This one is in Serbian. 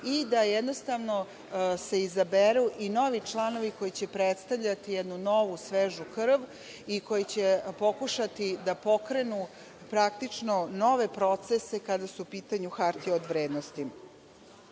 i da jednostavno se izaberu i novi članovi koji će predstavljati jednu novu, svežu krv i koji će pokušati da pokrenu praktično nove procese kada su u pitanju hartije od vrednosti. Mislimo